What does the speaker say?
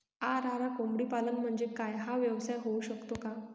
RR कोंबडीपालन म्हणजे काय? हा व्यवसाय होऊ शकतो का?